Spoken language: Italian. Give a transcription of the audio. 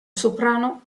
soprano